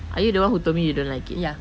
are you the one who told me you don't like it